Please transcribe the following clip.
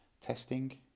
testing